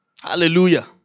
Hallelujah